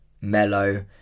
mellow